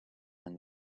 and